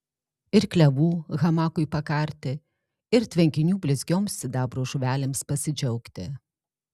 ir klevų hamakui pakarti ir tvenkinių blizgioms sidabro žuvelėms pasidžiaugti